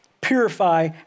purify